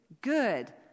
good